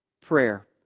prayer